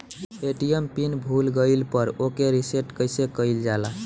ATM pin भूल गईल पर ओके रीसेट कइसे कइल जाला?